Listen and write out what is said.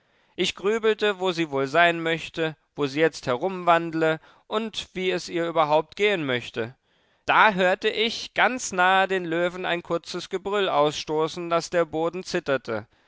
ich grübelte wo sie wohl sein möchte wo sie jetzt herumwandle und wie es ihr überhaupt gehen möchte da hörte ich ganz nah den löwen ein kurzes gebrüll ausstoßen daß der boden zitterte